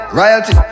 royalty